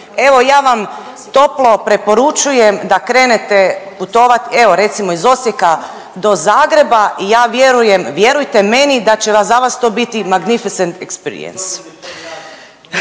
Evo ja vam toplo preporučujem da krenete putovat evo recimo iz Osijeka do Zagreba i ja vjerujem, vjerujte meni da će za vas to biti magnificens eksperiens.